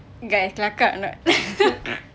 guys kelakar or not